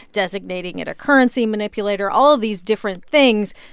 designating it a currency manipulator, all of these different things,